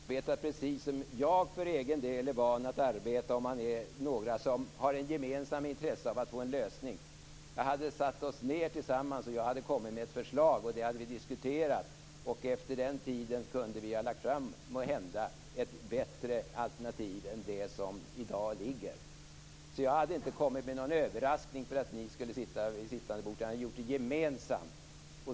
Fru talman! Jag vill bara säga att hade vi haft en vecka på oss hade vi arbetat precis som jag är van att arbeta när man är några som har ett gemensamt intresse av att få en lösning. Då hade vi satt oss ned tillsammans, och jag hade kommit med ett förslag som vi hade diskuterat. Efter den tiden kunde vi måhända ha lagt fram ett bättre alternativ än det som i dag ligger. Jag hade inte kommit med någon överraskning för er vid sittande bord, utan vi hade gjort detta gemensamt.